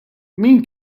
min